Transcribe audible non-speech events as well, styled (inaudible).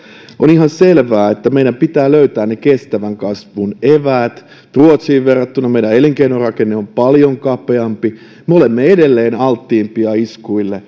on ihan selvää että meidän pitää löytää ne kestävän kasvun eväät ruotsiin verrattuna meidän elinkeinorakenne on paljon kapeampi me olemme edelleen alttiimpia iskuille (unintelligible)